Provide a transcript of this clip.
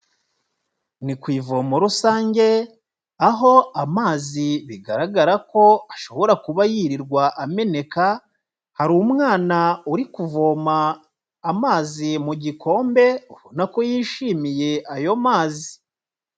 Ni ku ivomo rusange, aho amazi bigaragara ko ashobora kuba yirirwa ameneka, hari umwana uri kuvoma amazi mu gikombe, ubona ko yishimiye ayo mazi.